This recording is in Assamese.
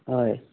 হয়